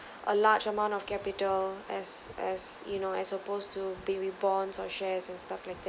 a large amount of capital as as you know as opposed to be reborn or shares and stuff like that